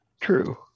True